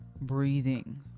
breathing